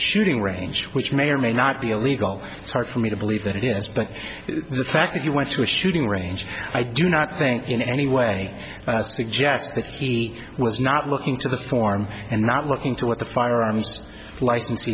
shooting range which may or may not be illegal it's hard for me to believe that it is but the fact that he went to a shooting range i do not think in any way suggests that he was not looking to the form and not looking to what the firearms